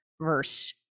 verse